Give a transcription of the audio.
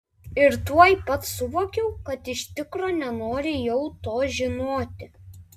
ir tuoj pat suvokiau kad iš tikro nenoriu jau to žinoti